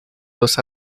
los